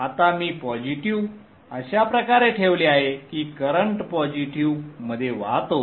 आता मी पॉझिटिव्ह अशा प्रकारे ठेवले आहे की करंट पॉझिटिव्हमध्ये वाहतो